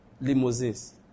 limousines